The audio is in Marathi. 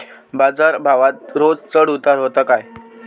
बाजार भावात रोज चढउतार व्हता काय?